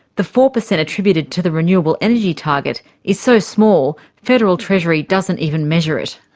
the four percent attributed to the renewable energy target is so small federal treasury doesn't even measure it.